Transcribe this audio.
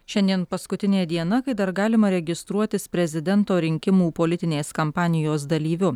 šiandien paskutinė diena kai dar galima registruotis prezidento rinkimų politinės kampanijos dalyviu